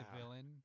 villain